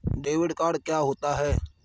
Credit card क्या होता है?